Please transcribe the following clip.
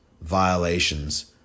violations